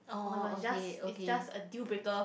oh-my-god just is just a deal breaker